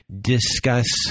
discuss